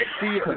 see